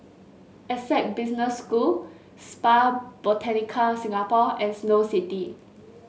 Essec Business School Spa Botanica Singapore and Snow City